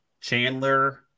Chandler